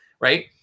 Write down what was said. right